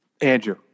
Andrew